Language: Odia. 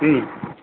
ହୁଁ